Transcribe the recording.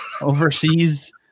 overseas